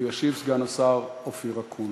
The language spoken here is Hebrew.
וישיב סגן השר אופיר אקוניס.